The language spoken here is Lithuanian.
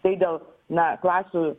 tai dėl na klasių